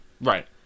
Right